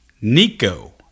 Nico